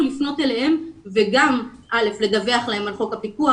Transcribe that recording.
לפנות אליהן וגם לדווח להן על חוק הפיקוח,